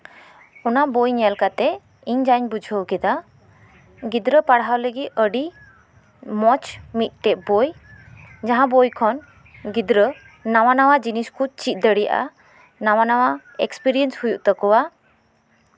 ᱚᱱᱟ ᱵᱳᱭ ᱧᱮᱞ ᱠᱟᱛᱮ ᱤᱧ ᱡᱟᱧ ᱵᱩᱡᱷᱟᱹᱣ ᱠᱮᱫᱟ ᱜᱤᱫᱽᱨᱟᱹ ᱯᱟᱲᱦᱟᱣ ᱞᱟᱹᱜᱤᱫ ᱟᱹᱰᱤ ᱢᱚᱸᱡ ᱢᱤᱫᱴᱮᱡ ᱵᱳᱭ ᱡᱟᱦᱟᱸ ᱵᱳᱭ ᱠᱷᱚᱱ ᱜᱤᱫᱽᱨᱟᱹ ᱱᱟᱣᱟᱼᱱᱟᱣᱟ ᱡᱤᱱᱤᱥ ᱠᱚ ᱪᱮᱫ ᱫᱟᱲᱮᱭᱟᱜᱼᱟ ᱱᱟᱣᱟᱼᱱᱟᱣᱟ ᱮᱠᱥᱯᱨᱤᱭᱮᱱᱥ ᱦᱩᱭᱩᱜ ᱛᱟᱠᱚᱣᱟ